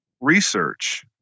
research